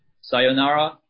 Sayonara